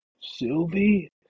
Sylvie